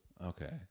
Okay